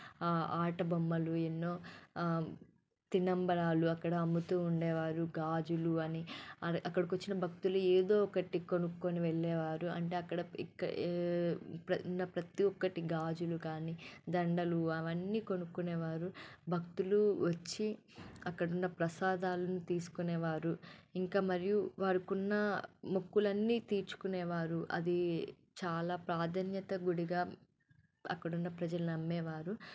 ఆట బొమ్మలు ఎన్నో తినుబండారాలు అక్కడ అమ్ముతూ ఉండేవారు గాజులు అని అది అక్కడికి వచ్చిన భక్తులు ఏదో ఒకటి కొనుక్కొని వెళ్ళేవారు అంటే అక్కడ ఇక ఉన్న ప్రతి ఒక్కటి గాజులు కానీ దండలు అవన్నీ కొనుక్కునేవారు భక్తులు వచ్చి అక్కడున్న ప్రసాదాలను తీసుకునేవారు ఇంకా మరియు వారికున్న మొక్కులన్నీ తీర్చుకునేవారు అది చాలా ప్రాధాన్యత గుడిగా అక్కడున్న ప్రజలు నమ్మేవారు